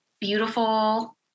beautiful